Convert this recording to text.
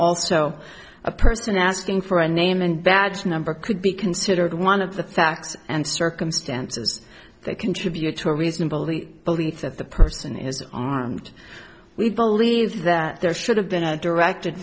also a person asking for a name and badge number could be considered one of the facts and circumstances that contribute to a reasonable belief that the person is armed we believe that there should have been a directed